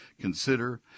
consider